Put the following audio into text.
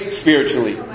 spiritually